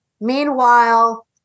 Meanwhile